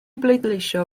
bleidleisio